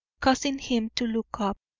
causing him to look up.